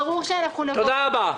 ברור שאנחנו --- תודה רבה.